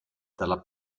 dalla